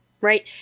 right